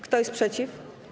Kto jest przeciw?